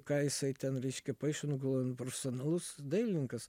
ką jisai ten reiškia paišė nu galvoju profesionalus dailininkas